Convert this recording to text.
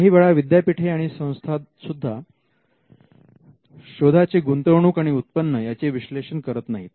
काही वेळा विद्यापीठे आणि संस्था सुद्धा शोधाचे गुंतवणूक आणि उत्पन्न याचे विश्लेषण करत नाहीत